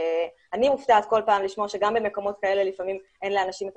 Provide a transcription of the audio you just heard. אני מופתעת כל פעם לשמוע שגם במקומות כאלה לפעמים אין לאנשים את